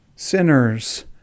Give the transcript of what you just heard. Sinners